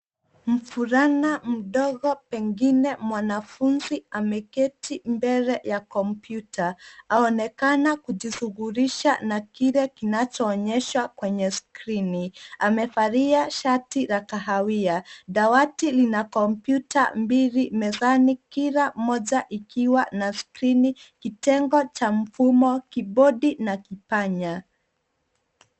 Mvulana mdogo pengine mwanafunzi ameketi mbele ya kompyuta. Aonekana kujishughulisha na kile kinachoonyeshwa kwenye skrini. Amevalia shati ya kahawia . Dawati lina kompyuta mbili mezani, kila moja ikiwa na skrini, kitengo cha mfumo, kibodi na kipanya.